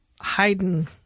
hiding